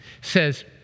says